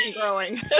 growing